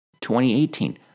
2018